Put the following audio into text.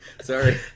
Sorry